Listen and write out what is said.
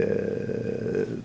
er